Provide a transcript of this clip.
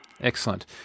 Excellent